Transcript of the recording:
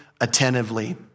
attentively